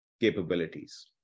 capabilities